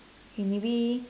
okay maybe